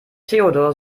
theodor